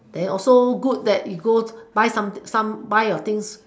and also good that you go buy some thing some buy your things